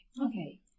Okay